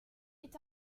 est